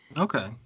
Okay